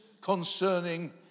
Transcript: concerning